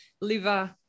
liver